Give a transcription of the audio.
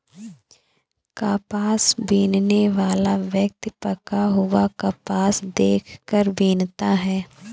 कपास बीनने वाला व्यक्ति पका हुआ कपास देख कर बीनता है